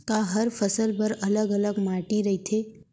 का हर फसल बर अलग अलग माटी रहिथे?